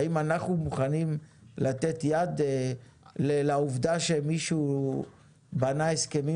האם אנחנו מוכנים לתת יד לעובדה שמישהו בנה הסכמים